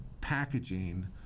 packaging